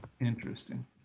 interesting